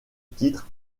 titre